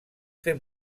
fer